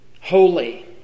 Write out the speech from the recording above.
holy